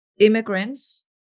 immigrants